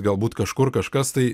galbūt kažkur kažkas tai